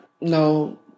No